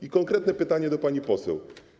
I konkretne pytanie do pani poseł.